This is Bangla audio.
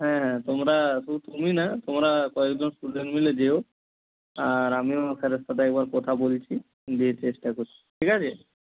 হ্যাঁ তোমরা শুধু তুমি না তোমরা কয়েকজন স্টুডেন্ট মিলে যেও আর আমিও স্যারের সাথে একবার কথা বলছি দিয়ে চেষ্টা করছি ঠিক আছে